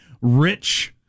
rich